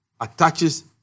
attaches